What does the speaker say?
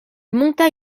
monta